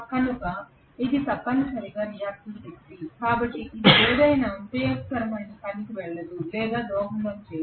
కనుక ఇది తప్పనిసరిగా రియాక్టివ్ శక్తి కాబట్టి ఇది ఏదైనా ఉపయోగకరమైన పనికి వెళ్ళదు లేదా దోహదం చేయదు